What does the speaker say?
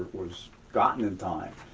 was gotten in time.